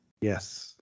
Yes